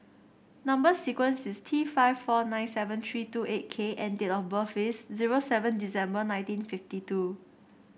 number sequence is T five four nine seven three two eight K and date of birth is zero seven December nineteen fifty two